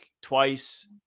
twice